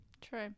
true